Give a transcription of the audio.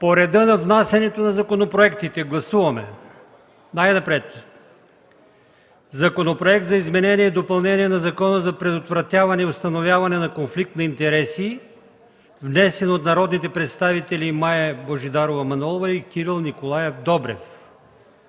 По реда на внасянето на законопроектите: Най-напред гласуваме Законопроекта за изменение и допълнение на Закона за предотвратяване и установяване на конфликт на интереси, внесен от народните представители Мая Божидарова Манолова и Кирил Николаев Добрев.